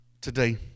today